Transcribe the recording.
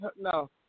No